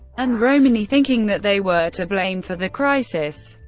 and romani, thinking that they were to blame for the crisis.